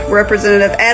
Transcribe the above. representative